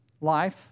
life